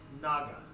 naga